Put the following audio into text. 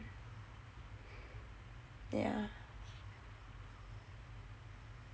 yah